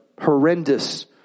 horrendous